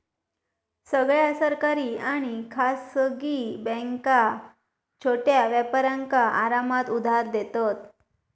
सगळ्या सरकारी आणि खासगी बॅन्का छोट्या व्यापारांका आरामात उधार देतत